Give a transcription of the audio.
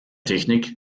technik